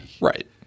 Right